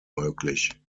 möglich